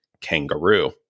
Kangaroo